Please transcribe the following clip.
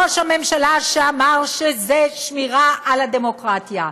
ראש הממשלה שאמר שזה שמירה על הדמוקרטיה.